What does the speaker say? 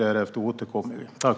Därefter återkommer vi.